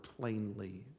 plainly